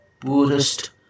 poorest